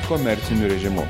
komerciniu režimu